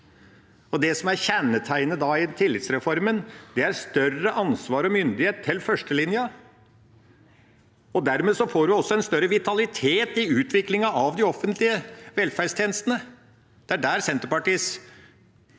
Det som er kjennetegnet i tillitsreformen, er større ansvar og myndighet til førstelinja. Dermed får en også større vitalitet i utviklinga av de offentlige velferdstjenestene.